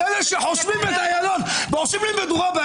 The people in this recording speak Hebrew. על אלה שחוסמים את אילון ועושים שם מדורה?